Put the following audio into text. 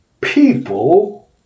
people